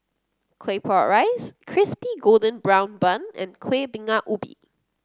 Claypot Rice Crispy Golden Brown Bun and Kueh Bingka Ubi